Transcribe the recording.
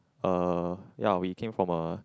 uh ya we came from a